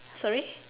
sorry